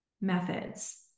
methods